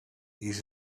those